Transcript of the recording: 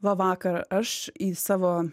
va vakar aš į savo